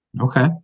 Okay